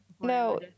no